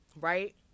Right